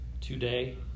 today